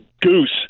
Goose